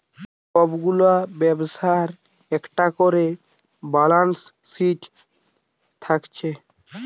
সব গুলা ব্যবসার একটা কোরে ব্যালান্স শিট থাকছে